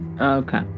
Okay